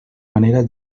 manera